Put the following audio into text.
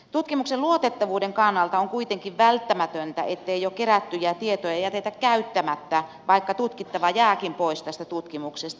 tutkimuksen luotettavuuden kannalta on kuitenkin välttämätöntä ettei jo kerättyjä tietoja jätetä käyttämättä vaikka tutkittava jääkin pois tutkimuksesta